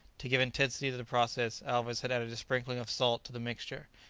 to give intensity to the process alvez had added a sprinkling of salt to the mixture,